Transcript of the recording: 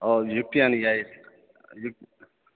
or युक्त्यनुयायी युक्